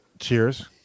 Cheers